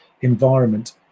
environment